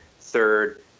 third